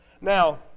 Now